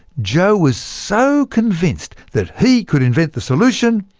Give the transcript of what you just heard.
joe was so convinced that he could invent the solution,